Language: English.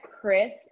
Chris